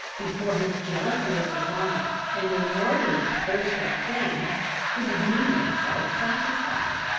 before his jealousy of dishonour, and inordinate thirst of fame would deem themselves satisfied.